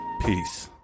Peace